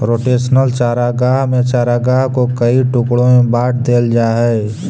rotational चारागाह में चारागाह को कई टुकड़ों में बांट देल जा हई